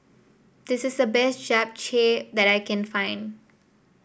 this is the best Japchae that I can find